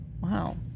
Wow